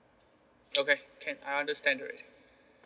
okay can I understand already